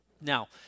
now